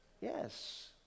Yes